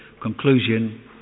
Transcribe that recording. conclusion